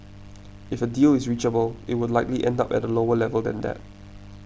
if a deal is reachable it would likely end up at a lower level than that